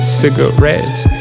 cigarettes